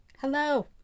Hello